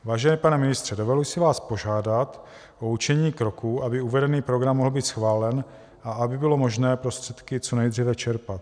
Vážený pane ministře, dovoluji si vás požádat o učinění kroků, aby uvedený program mohl být schválen a aby bylo možné prostředky co nejdříve čerpat.